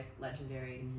legendary